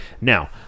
Now